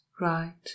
right